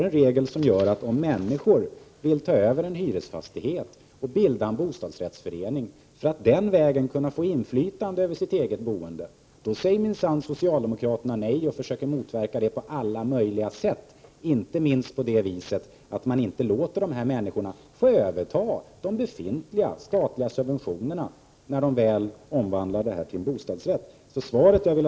När människor vill ta över en hyresfastighet och bilda en bostadsrättsförening för att den vägen få inflytande över sitt eget boende, säger socialdemokraterna nej och försöker motverka det på alla möjliga sätt, inte minst genom att de inte låter dessa människor överta de befintliga statliga subventionerna när omvandlingen till bostadsrätter väl har skett.